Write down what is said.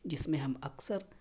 جس میں ہم اکثر